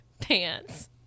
pants